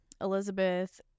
Elizabeth